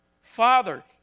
Father